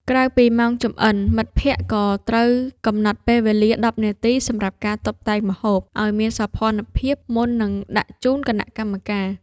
ក្រៅពីម៉ោងចម្អិន មិត្តភក្តិក៏ត្រូវកំណត់ពេលវេលា ១០ នាទីសម្រាប់ការតុបតែងម្ហូប ឱ្យមានសោភ័ណភាពមុននឹងដាក់ជូនគណៈកម្មការ។